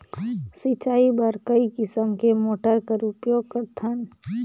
सिंचाई बर कई किसम के मोटर कर उपयोग करथन?